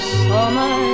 summer